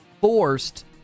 forced